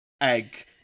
egg